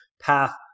Path